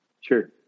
sure